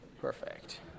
perfect